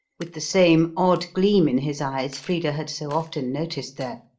with the same odd gleam in his eyes frida had so often noticed there.